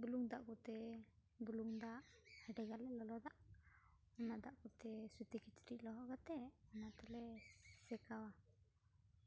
ᱵᱩᱞᱩᱝ ᱫᱟᱜ ᱠᱚᱛᱮ ᱵᱩᱞᱩᱝ ᱫᱟᱜ ᱟᱹᱰᱤᱜᱟᱱ ᱞᱚᱞᱚ ᱫᱟᱜ ᱚᱱᱟ ᱫᱟᱜ ᱠᱚᱛᱮ ᱥᱩᱛᱤ ᱠᱤᱪᱨᱤᱡᱽ ᱞᱚᱦᱚᱫ ᱠᱟᱛᱮᱫ ᱚᱱᱟ ᱛᱮᱞᱮ ᱥᱮᱸᱠᱟᱣᱟ